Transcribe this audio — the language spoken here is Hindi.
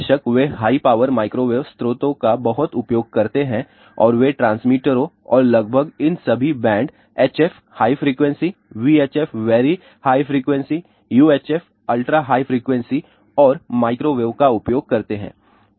बेशक वे हाई पावर माइक्रोवेव स्रोतों का बहुत उपयोग करते हैं और वे ट्रांसमीटरों और लगभग इन सभी band HF high frequency VHF very high frequency UHF ultra high frequency और माइक्रोवेव का उपयोग करते हैं